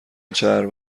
چرب